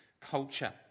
culture